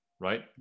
right